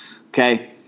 okay